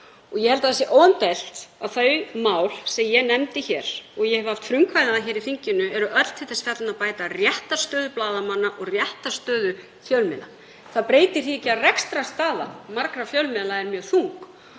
Ég held að það sé óumdeilt að þau mál sem ég nefndi, og ég hef haft frumkvæði að hér í þinginu, eru öll til þess fallin að bæta réttarstöðu blaðamanna og réttarstöðu fjölmiðla. Það breytir því ekki að rekstrarstaða margra fjölmiðla er mjög þung